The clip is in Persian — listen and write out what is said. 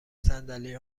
صندلی